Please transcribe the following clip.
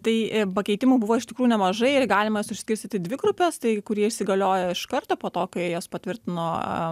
tai pakeitimų buvo iš tikrųjų nemažai ir galima suskirstyti į dvi grupes tai kurie įsigaliojo iš karto po to kai jas patvirtino